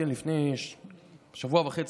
לפני שבוע חצי,